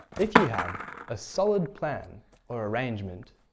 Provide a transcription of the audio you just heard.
if you have a solid plan or arrangement,